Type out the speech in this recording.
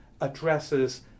addresses